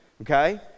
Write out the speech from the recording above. Okay